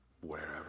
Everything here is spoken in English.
Wherever